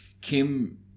Kim